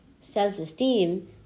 Self-esteem